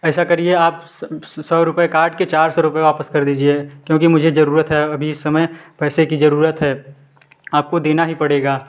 ऐसा करिए आप सौ रूपए काट के चार सौ रूपए वापस कर दीजिए क्योंकि मुझे जरूरत है अभी इस समय पैसे की जरूरत है आपको देना ही पड़ेगा